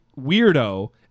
weirdo